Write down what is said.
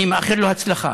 אני מאחל לו הצלחה.